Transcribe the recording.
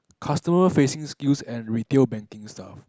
customer facing skills and retail banking stuff